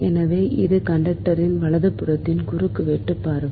எனவே இது கண்டக்டரின் வலதுபுறத்தின் குறுக்கு வெட்டு பார்வை